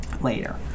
later